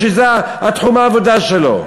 שזה תחום העבודה שלו.